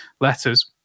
letters